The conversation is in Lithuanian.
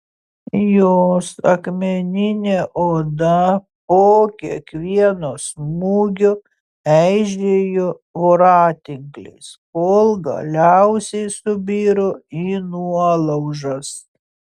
jos akmeninė oda po kiekvieno smūgio eižėjo voratinkliais kol galiausiai subiro į nuolaužas